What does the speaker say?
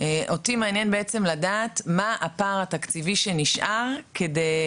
אותי מעניין בעצם לדעת מה הפער התקציבי שנשאר כדי